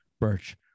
birch